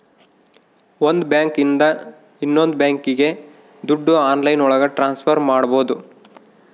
ಒಂದ್ ಬ್ಯಾಂಕ್ ಇಂದ ಇನ್ನೊಂದ್ ಬ್ಯಾಂಕ್ಗೆ ದುಡ್ಡು ಆನ್ಲೈನ್ ಒಳಗ ಟ್ರಾನ್ಸ್ಫರ್ ಮಾಡ್ಬೋದು